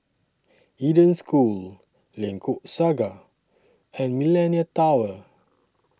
Eden School Lengkok Saga and Millenia Tower